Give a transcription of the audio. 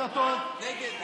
(תיקון מס'